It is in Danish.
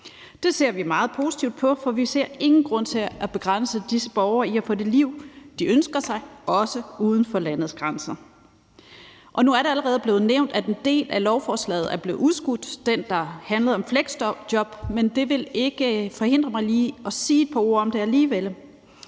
Det ser vi meget positivt på, for vi ser ingen grund til at begrænse disse borgere i at få det liv, de ønsker sig, også uden for landets grænser. Nu er det allerede blevet nævnt, at den del af lovforslaget, der handler om fleksjob, er blevet udskudt, men det vil ikke forhindre mig i lige at sige et par ord om det alligevel.